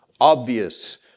obvious